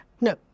no